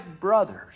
brothers